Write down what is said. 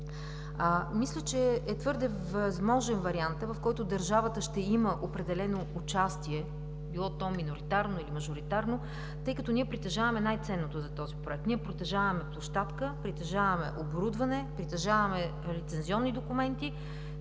Мисля, че е твърде възможен вариантът, в който държавата ще има определено участие – било то миноритарно или мажоритарно, тъй като ние притежаваме най-ценното за този Проект – ние притежаваме площадка, притежаваме оборудване, притежаваме лицензионни документи.